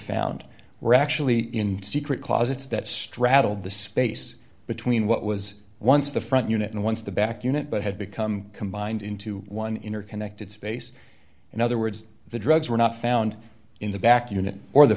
found were actually in secret closets that straddled the space between what was once the front unit and once the back unit but had become combined into one interconnected space in other words the drugs were not found in the back unit or the